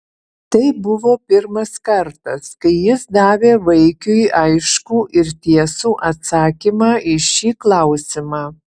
tai buvo pirmas kartas kai jis davė vaikiui aiškų ir tiesų atsakymą į šį klausimą